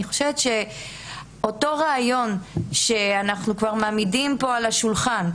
אני חושבת שאותו רעיון שאנחנו כבר מעמידים על השולחן,